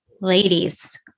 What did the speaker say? Ladies